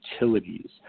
utilities